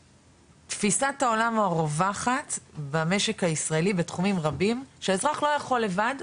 תפיסת העולם הרווחת במשק הישראלי בתחומים רבים שהאזרח לא יכול לבד,